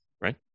right